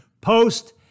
post